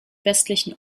westlichen